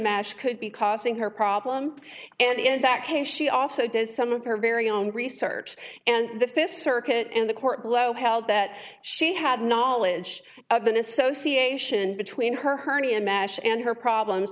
mash could be causing her problem and in that case she also did some of her very own research and the fifth circuit in the court below held that she had knowledge of an association between her hernia mash and her problems